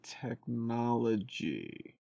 technology